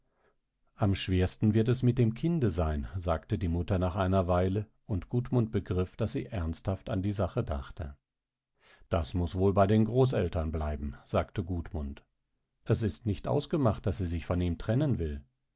am schwersten wird es mit dem kinde sein sagte die mutter nach einer weile und gudmund begriff daß sie ernsthaft an die sache dachte das muß wohl bei den großeltern bleiben sagte gudmund es ist nicht ausgemacht daß sie sich von ihm trennen will